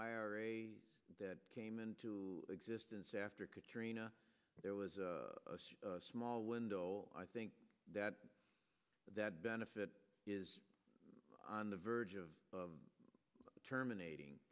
ira that came into existence after katrina there was a small window i think that that benefit is on the verge of terminating